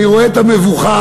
אני רואה את המבוכה,